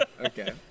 Okay